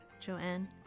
Joanne